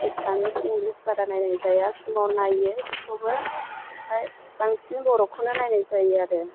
एसामिस इंलिस बारा नायनाय जाया समाव नायो बेखौबो फाय बांसिन बर'खौनो नायनाय जायो आरो